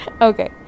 okay